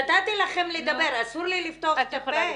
נתתי לכן לדבר, אסור לי לפתוח פה?